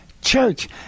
church